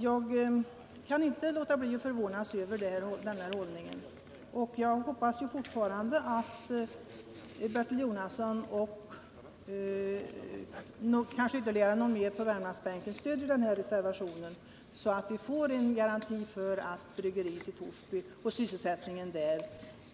Jag kan som sagt inte låta bli att förvånas över det här förfarandet, och jag hoppas fortfarande att Bertil Jonasson och kanske ytterligare någon mer på Värmlandsbänken stödjer reservationen, så att vi får en garanti för att bryggeriet i Torsby och sysselsättningen där